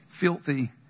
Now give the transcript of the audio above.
filthy